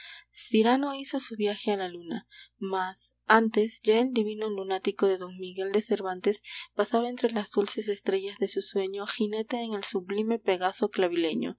de gascuña cyrano hizo su viaje a la luna mas antes ya el divino lunático de don miguel cervantes pasaba entre las dulces estrellas de su sueño jinete en el sublime pegaso clavileño